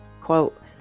quote